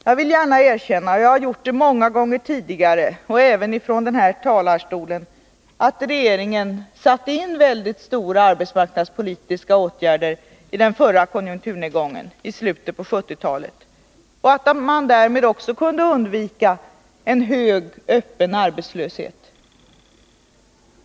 Jag vill gärna erkänna — jag har gjort det många gånger tidigare och även från den här talarstolen — att regeringen satte in stora arbetsmarknadspolitiska åtgärder vid den förra konjunkturnedgången i slutet på 1970-talet och att man därmed kunde undvika en hög och öppen arbetslöshet.